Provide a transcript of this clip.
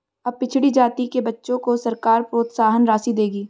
अब पिछड़ी जाति के बच्चों को सरकार प्रोत्साहन राशि देगी